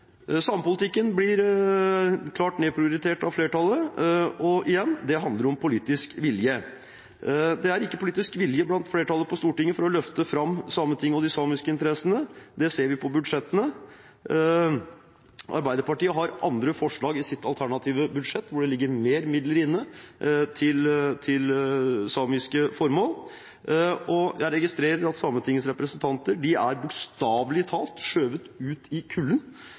Samepolitikken blir klart nedprioritert av flertallet, og igjen – det handler om politisk vilje. Det er ikke politisk vilje blant flertallet på Stortinget til å løfte fram Sametinget og de samiske interessene – det ser vi på budsjettene. Arbeiderpartiet har andre forslag i sitt alternative budsjett, hvor det ligger mer midler inne til samiske formål. Jeg registrerer at Sametingets representanter bokstavelig talt er skjøvet ut i